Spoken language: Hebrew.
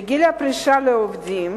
שגיל הפרישה לעובדים